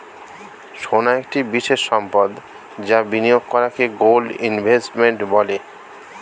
সোনা একটি বিশেষ সম্পদ যা বিনিয়োগ করাকে গোল্ড ইনভেস্টমেন্ট বলে